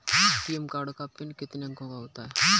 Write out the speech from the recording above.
ATM card का PIN कितने अंकों का होता है?